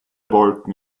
wolken